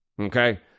Okay